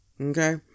Okay